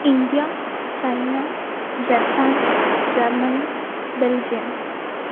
India China Japan Germany Belgium